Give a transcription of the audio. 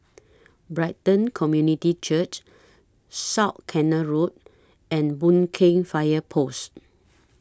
Brighton Community Church South Canal Road and Boon Keng Fire Post